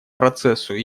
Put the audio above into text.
процессу